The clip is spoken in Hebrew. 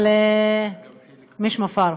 אבל מיש מפאר.